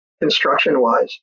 construction-wise